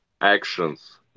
actions